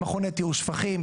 מכון לטיהור שפכים,